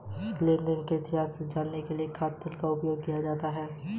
लेन देन इतिहास की जानकरी कार या घर खरीदते वक़्त बहुत जरुरी होती है